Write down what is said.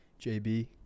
JB